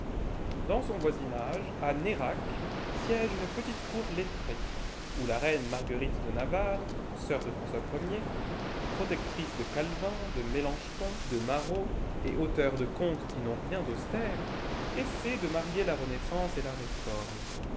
dans son voisinage à nérac siège une petite cour lettrée où la reine marguerite de navarre sœur de françois protectrice de calvin de mélanchton de marot et auteur de contes qui n'ont rien d'austère essaie de marier la renaissance et la réforme